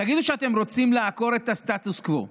תגידו שאתם רוצים לעקור את הסטטוס קוו,